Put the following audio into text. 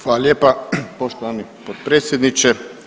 Hvala lijepa poštovani potpredsjedniče.